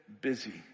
busy